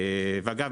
ואגב,